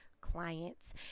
clients